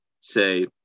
say